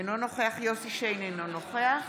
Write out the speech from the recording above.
אינו נוכח יוסף שיין, אינו נוכח